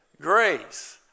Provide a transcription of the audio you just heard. grace